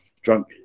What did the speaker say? drunk